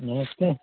नमस्ते